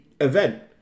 event